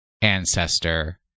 ancestor